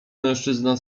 mężczyzna